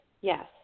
yes